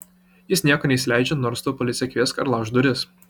jis nieko neįsileidžia nors tu policiją kviesk ar laužk duris